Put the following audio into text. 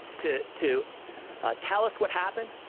to to tell us what happened,